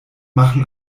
machen